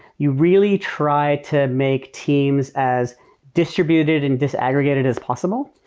you really try to make teams as distributed and disaggregated as possible,